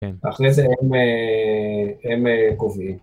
‫אחרי זה הם קובעים.